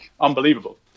unbelievable